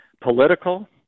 political